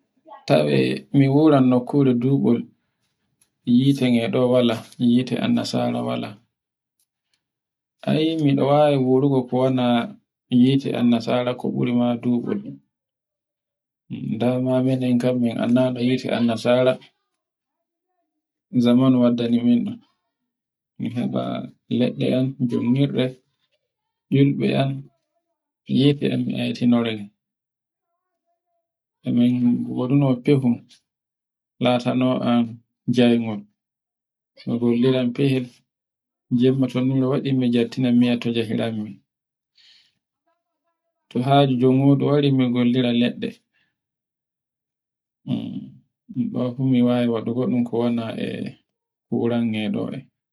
tawe no wuro nokkurdu duɓol hite e don wala, hite an nasara wala. A yi mi ɗawayi wurngo kuwana hite an nasara ko bur I ma dubol. Dama minon kam min annda de hite am nasara zamanu waddani min ɗum, mi hawta leɗɗe am domirɗe yimbe am niyi che am latiron, latanoan njaigol. jemma to jertina waɗi jatirai to haaju jungunde wari mi gonlirde wari leɗɗe. mi ɗofure waɗi kurannoye en,